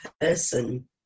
person